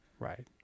Right